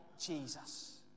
Jesus